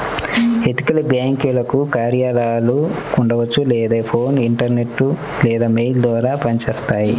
ethical బ్యేంకులకు కార్యాలయాలు ఉండవచ్చు లేదా ఫోన్, ఇంటర్నెట్ లేదా మెయిల్ ద్వారా పనిచేస్తాయి